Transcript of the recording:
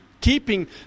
keeping